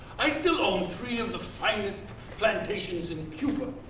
i still own three of the finest plantations in cuba.